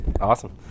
Awesome